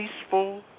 peaceful